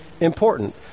important